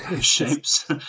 shapes